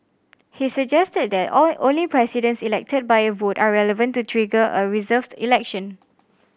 he suggested that only Presidents elected by a vote are relevant to trigger a reserved election